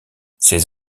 ces